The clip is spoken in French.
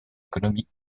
économie